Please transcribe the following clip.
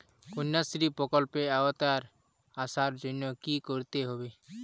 কন্যাশ্রী প্রকল্পের আওতায় আসার জন্য কী করতে হবে?